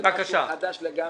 זה משהו חדש לגמרי.